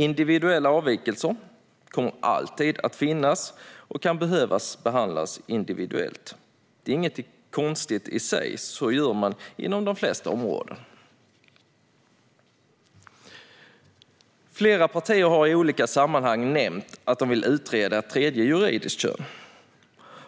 Individuella avvikelser kommer alltid att finnas och kan behöva behandlas individuellt. Det är inget konstigt i sig, utan så gör man inom de flesta områden. Flera partier har i olika sammanhang nämnt att de vill utreda ett tredje juridiskt kön